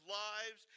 lives